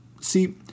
See